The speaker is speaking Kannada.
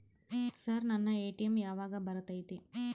ಸರ್ ನನ್ನ ಎ.ಟಿ.ಎಂ ಯಾವಾಗ ಬರತೈತಿ?